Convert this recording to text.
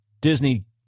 Disney